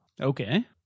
Okay